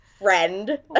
friend